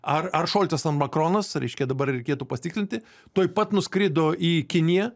ar ar šolcas ar makronas reiškia dabar reikėtų pasitikslinti tuoj pat nuskrido į kiniją